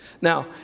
Now